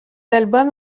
album